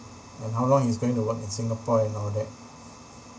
and how long he's going to work in singapore and all that